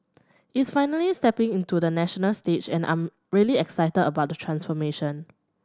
it's finally stepping into the national stage and I'm really excited about the transformation